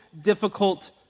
difficult